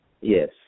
Yes